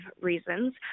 reasons